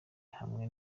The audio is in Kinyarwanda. hamwe